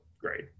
great